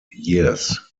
years